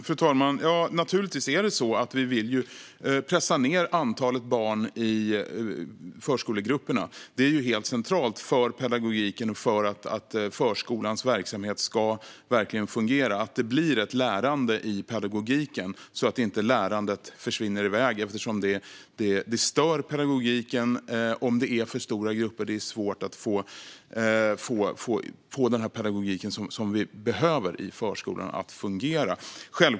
Fru talman! Naturligtvis är det så att vi vill pressa ned antalet barn i förskolegrupperna. För pedagogiken och för att förskolans verksamhet ska fungera är det helt centralt att det blir ett lärande i pedagogiken och att lärandet inte försvinner iväg. Pedagogiken störs om grupperna är för stora - då blir det svårt att få den pedagogik som vi behöver i förskolan att fungera.